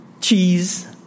cheese